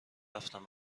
رفتم